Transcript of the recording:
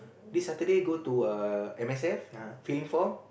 this Saturday go to M_S_F fill in form